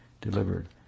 delivered